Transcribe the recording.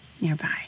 nearby